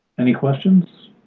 any questions?